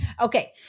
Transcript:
Okay